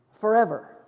forever